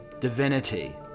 divinity